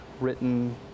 written